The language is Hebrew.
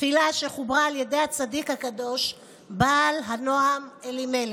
תפילה שחוברה על ידי הצדיק הקדוש בעל הנועם אלימלך.